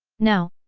now,